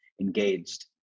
Engaged